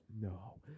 No